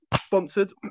sponsored